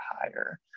higher